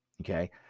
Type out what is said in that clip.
Okay